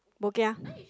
bo kia